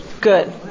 Good